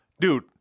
dude